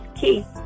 key